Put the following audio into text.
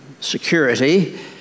security